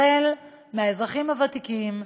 האזרחים הוותיקים,